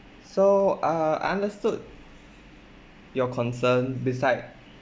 so uh I understood your concern beside